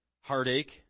heartache